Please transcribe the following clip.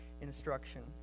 instruction